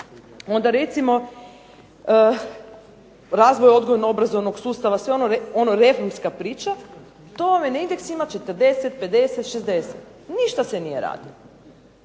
onda recimo razvoj odgojno obrazovnog sustav sve ono ... priča. To je na indeksima 40, 50, 60 ništa se nije radilo.